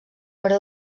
però